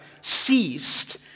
ceased